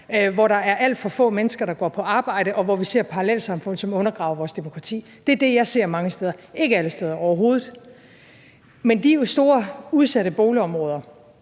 hvor der er alt for få mennesker, der går på arbejde, og hvor vi ser parallelsamfund, som undergraver vores demokrati. Det er det, jeg ser mange steder – ikke alle steder, overhovedet. Men det er jo store udsatte boligområder,